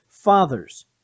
Fathers